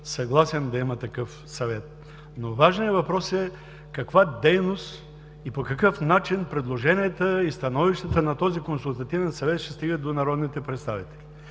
съгласен да има такъв Съвет. Важен е въпросът каква дейност и по какъв начин предложенията и становищата на този Консултативен съвет ще стигат до народните представители.